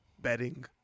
bedding